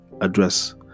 address